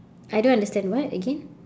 I don't understand what again